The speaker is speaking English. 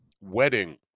wedding